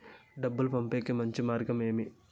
డబ్బు పంపేకి మంచి మార్గం ఏమి